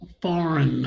foreign